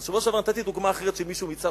אבל בשבוע שעבר נתתי דוגמה אחרת של מישהו ביצהר